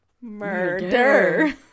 Murder